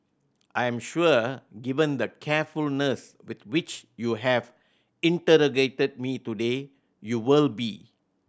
I am sure given the carefulness with which you have interrogated me today you will be